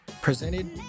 presented